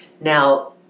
Now